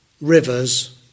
rivers